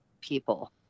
people